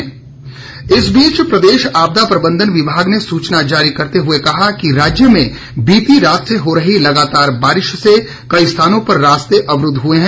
आपदा प्रबंधन इस बीच प्रदेश आपदा प्रबंधन विभाग ने सूचना जारी करते हुए कहा कि राज्य में बीती रात से हो रही लगातार बारिश से कई स्थानों पर रास्ते अवरुद्ध हुए हैं